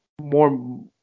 more